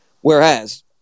Whereas